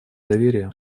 доверия